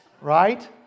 Right